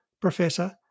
professor